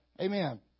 Amen